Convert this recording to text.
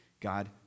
God